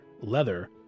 leather